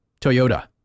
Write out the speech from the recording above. Toyota